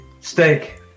Steak